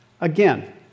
Again